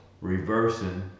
reversing